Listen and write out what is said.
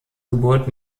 geburt